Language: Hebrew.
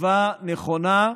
טובה, נכונה.